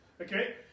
Okay